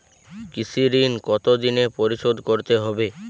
কৃষি ঋণ কতোদিনে পরিশোধ করতে হবে?